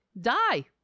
Die